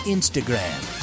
Instagram